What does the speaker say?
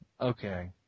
Okay